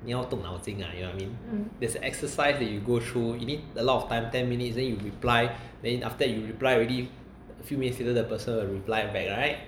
你要动脑筋 ah you know what I mean there's an exercise that you go through you need a lot of time ten minutes then you reply then after that you reply already few minutes later the person will reply back right